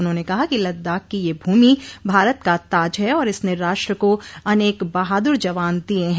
उन्होंने कहा कि लददाख की यह भूमि भारत का ताज है और इसने राष्ट को अनेक बहादुर जवान दिये हैं